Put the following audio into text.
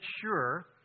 sure